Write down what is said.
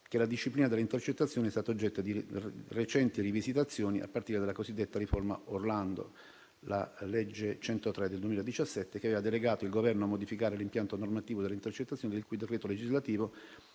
che la disciplina delle intercettazioni è stata oggetto di recenti rivisitazioni a partire dalla cosiddetta riforma Orlando, la legge n. 103 del 2017, che aveva delegato il Governo a modificare l'impianto normativo delle intercettazioni di cui al decreto legislativo